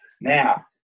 Now